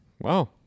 Wow